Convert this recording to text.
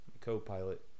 co-pilot